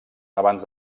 abans